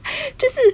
这是